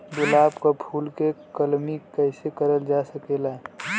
गुलाब क फूल के कलमी कैसे करल जा सकेला?